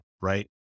right